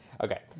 Okay